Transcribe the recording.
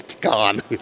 Gone